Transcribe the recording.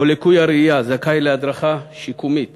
או לקוי הראייה, זכאי להדרכה שיקומית